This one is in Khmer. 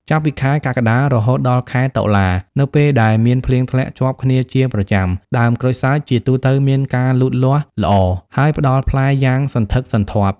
ចាប់ពីខែ កក្កដា រហូតដល់ខែតុលា នៅពេលដែលមានភ្លៀងធ្លាក់ជាប់គ្នាជាប្រចាំ ដើមក្រូចសើចជាទូទៅមានការលូតលាស់ល្អ ហើយផ្ដល់ផ្លែយ៉ាងសន្ធឹកសន្ធាប់។